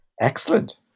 excellent